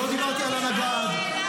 לא דיברתי על הנגד.